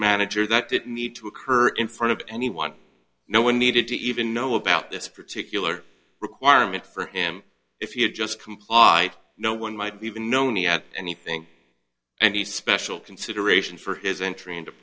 manager that didn't need to occur in front of anyone no one needed to even know about this particular requirement for him if he had just comply no one might be even known me at anything and he's special consideration for his entry into